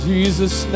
Jesus